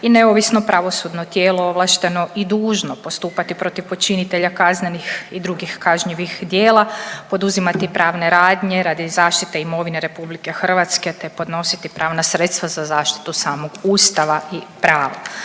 i neovisno pravosudno tijelo ovlašteno i dužno postupati protiv počinitelja kaznenih i drugih kažnjivih djela, poduzimati pravne radnje radi zaštite imovine RH, te podnositi pravna sredstva za zaštitu samog Ustava i prava.